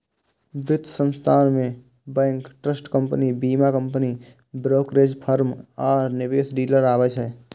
वित्त संस्थान मे बैंक, ट्रस्ट कंपनी, बीमा कंपनी, ब्रोकरेज फर्म आ निवेश डीलर आबै छै